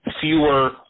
fewer